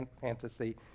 fantasy